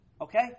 Okay